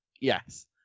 Yes